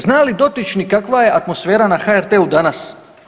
Zna li dotični kakva je atmosfera na HRT-u danas.